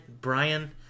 Brian